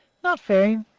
not very.